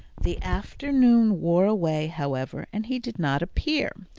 the afternoon wore away, however, and he did not appear.